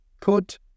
put